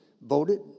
voted